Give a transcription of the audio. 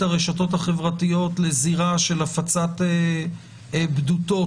הרשתות החברתיות לזירה של הפצת בדותות